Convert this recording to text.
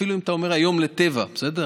אפילו אם אתה אומר היום לטבע, בסדר?